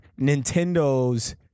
Nintendo's